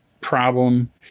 problem